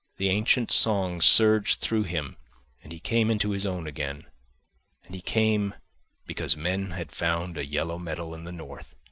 the ancient song surged through him and he came into his own again and he came because men had found a yellow metal in the north,